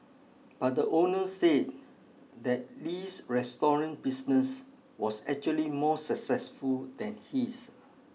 but the owner said that Li's restaurant business was actually more successful than his